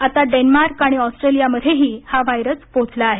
आता डेन्मार्क आणि ऑस्ट्रेलियामध्येही हा व्हायरस पोहोचला आहे